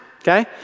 okay